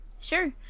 Sure